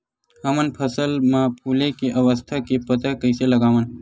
हमन फसल मा फुले के अवस्था के पता कइसे लगावन?